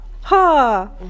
Ha